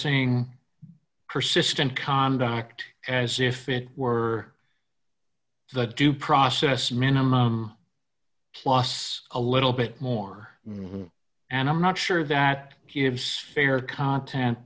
zing persistent conduct as if it were the due process minimum plus a little bit more and i'm not sure that gives fair content